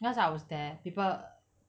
because I was there people